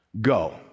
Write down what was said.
Go